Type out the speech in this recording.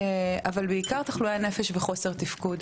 אבל בעיקר תחלואי נפש וחוסר תפקוד.